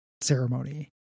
ceremony